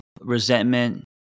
resentment